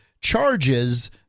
charges